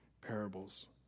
parables